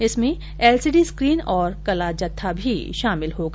इसमें LCD screen और कला जत्था भी होगा